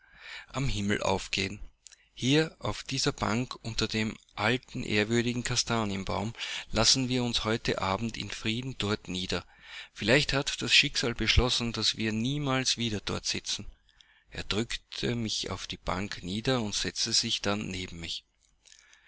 am himmel aufgehen hier auf dieser bank unter dem alten ehrwürdigen kastanienbaum lassen wir uns heute abend in frieden dort nieder vielleicht hat das schicksal beschlossen daß wir niemals wieder dort sitzen er drückte mich auf die bank nieder und setzte sich dann neben mich